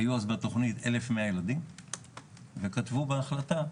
היו אז בתוכנית 1,100 ילדים וכתבו בהחלטה,